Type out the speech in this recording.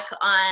on